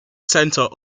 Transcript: center